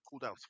cooldown's